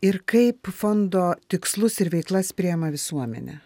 ir kaip fondo tikslus ir veiklas priima visuomenė